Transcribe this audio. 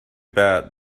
bad